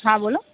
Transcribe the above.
હા બોલો